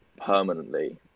permanently